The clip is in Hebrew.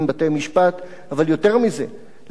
לקבוע מדיניות ביחס להתיישבות